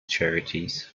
charities